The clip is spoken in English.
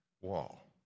wall